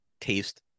taste